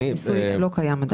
לא קיים.